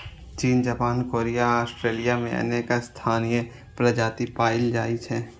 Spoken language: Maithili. चीन, जापान, कोरिया आ ऑस्ट्रेलिया मे अनेक स्थानीय प्रजाति पाएल जाइ छै